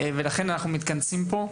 לכן אנחנו מתכנסים פה.